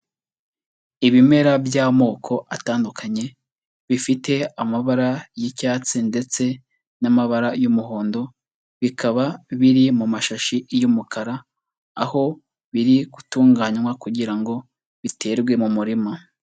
Ibimera by'amoko atandukanye bifite amabara y'icyatsi ndetse n'amabara y'umuhondo, bikaba biri mu mashashi y'umukara, aho biri gutunganywa kugira ngo biterwe mu murima.